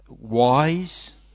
wise